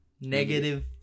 negative